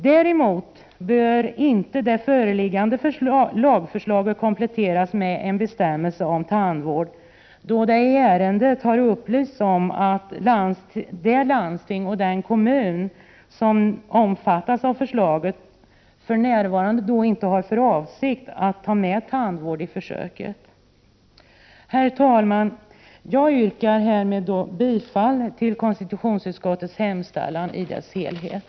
Däremot bör inte det föreliggande lagförslaget kompletteras med en bestämmelse om tandvård, eftersom det i ärendet har upplysts om att det landsting och den kommun som omfattas av förslaget för närvarande inte har för avsikt att ta med tandvården i försöket. Herr talman! Härmed yrkar jag bifall till konstitutionsutskottets hemställan i dess helhet.